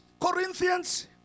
Corinthians